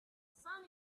sun